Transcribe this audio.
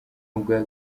ubwa